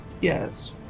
Yes